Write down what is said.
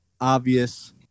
obvious